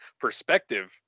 perspective